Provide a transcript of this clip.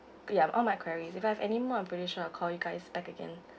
ya all my queries if I have any more I'm pretty sure I'll call you guys back again